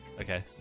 okay